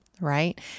right